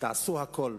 תעשו הכול,